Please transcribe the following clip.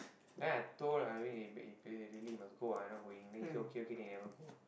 then I told Naveen eh eh really must go ah I not going then he say okay okay then he never go